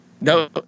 No